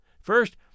First